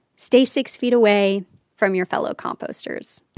stay six feet away from your fellow composters